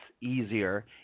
easier